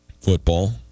Football